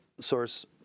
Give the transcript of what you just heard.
source